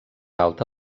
alta